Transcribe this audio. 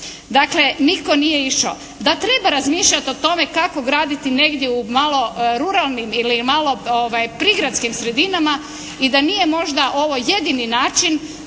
Dakle nitko nije išao da treba razmišljati o tome kako graditi negdje u malo ruralnim ili malo prigradskim sredinama i da nije ovo možda jedini način.